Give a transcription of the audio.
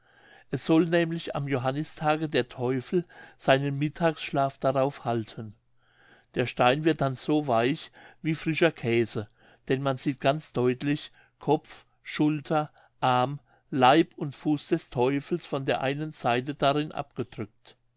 es soll nämlich am johannistage der teufel seinen mittagsschlaf darauf halten der stein wird dann so weich wie frischer käse denn man sieht ganz deutlich kopf schulter arm leib und fuß des teufels von der einen seite darin abgedrückt